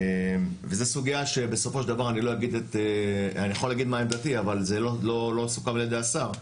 וזו סוגיה שאני יכול להגיד מה עמדתי אבל זה לא סוכם על ידי השר.